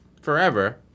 forever